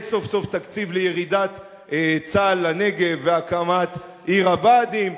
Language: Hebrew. יש סוף-סוף תקציב לירידת צה"ל לנגב והקמת עיר הבה"דים,